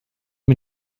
mir